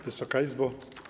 Wysoka Izbo!